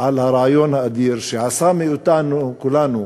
על הרעיון האדיר, שעשה מאתנו, כולנו,